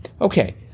okay